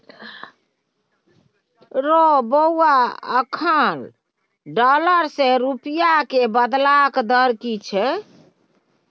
रौ बौआ अखन डॉलर सँ रूपिया केँ बदलबाक दर की छै?